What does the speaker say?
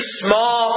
small